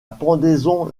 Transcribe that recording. pendaison